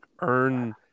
earn